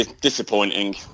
disappointing